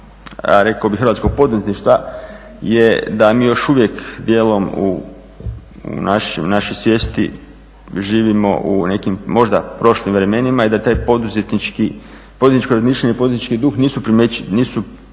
rekao bih hrvatskog poduzetništva je da mi još uvijek dijelom u našoj svijesti živimo u nekim možda prošlim vremenima i da to poduzetničko razmišljanje, poduzetnički duh nisu razvijeni u dovoljnoj